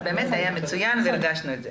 זה באמת היה מצוין והרגשנו את זה.